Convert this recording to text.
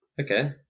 Okay